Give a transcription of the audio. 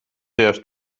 seas